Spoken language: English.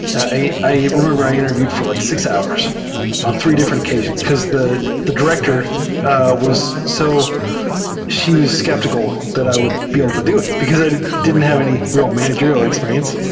i i remember i interviewed for like six hours on three different occasions, because the the director was so she was skeptical that i would be able to do it, because i didn t have any real manager ial experience.